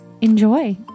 enjoy